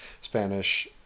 Spanish